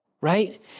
right